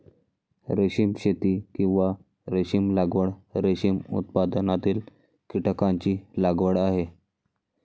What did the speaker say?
रेशीम शेती, किंवा रेशीम लागवड, रेशीम उत्पादनातील कीटकांची लागवड आहे